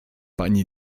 pani